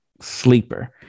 sleeper